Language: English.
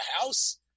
house